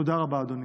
תודה רבה, אדוני.